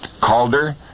Calder